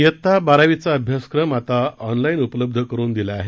इयत्ता बारावीचा अभ्यासक्रम आता ऑनलाईन उपलब्ध करून देण्यात आला आहे